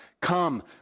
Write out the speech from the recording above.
come